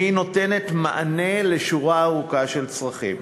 התוכנית נותנת מענה על שורה ארוכה של צרכים: